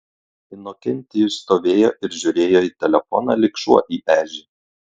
inokentijus stovėjo ir žiūrėjo į telefoną lyg šuo į ežį